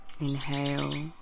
Inhale